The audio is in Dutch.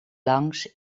langs